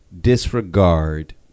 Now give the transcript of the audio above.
disregard